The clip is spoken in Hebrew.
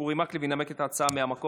אורי מקלב ינמק את ההצעה מהמקום.